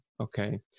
okay